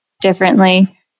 differently